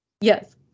Yes